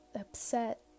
upset